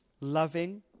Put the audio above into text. loving